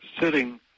sitting